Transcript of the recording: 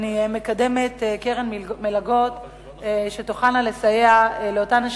אני מקדמת קרן מלגות שתוכל לסייע להן,